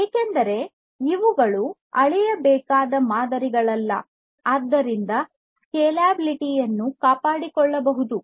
ಏಕೆಂದರೆ ಇವುಗಳು ಅಳೆಯಬೇಕಾದ ಮಾದರಿಗಳಲ್ಲ ಆದ್ದರಿಂದ ಸ್ಕೇಲೆಬಿಲಿಟಿ ಅನ್ನು ಕಾಪಾಡಿಕೊಳ್ಳಬಹುದು